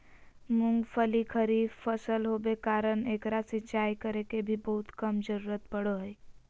मूंगफली खरीफ फसल होबे कारण एकरा सिंचाई करे के भी बहुत कम जरूरत पड़ो हइ